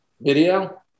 video